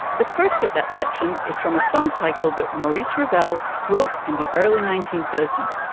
the first of that section is from a song cycle that maurice ravel wrote in the early nineteen thirty s.